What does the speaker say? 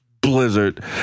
Blizzard